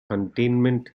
containment